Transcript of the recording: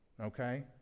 Okay